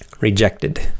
rejected